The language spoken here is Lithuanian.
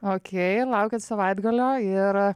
okey laukiat savaitgalio ir